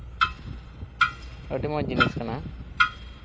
ᱟᱹᱰᱤ ᱢᱚᱡᱽ ᱡᱤᱱᱤᱥ ᱠᱟᱱᱟ